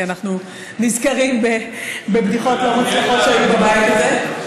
כי אנחנו נזכרים בבדיחות לא מוצלחות שהיו בבית הזה,